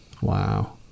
Wow